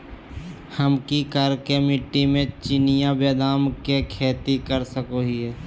हम की करका मिट्टी में चिनिया बेदाम के खेती कर सको है?